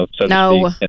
No